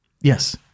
yes